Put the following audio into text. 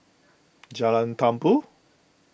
Jalan Tumpu